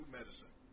Medicine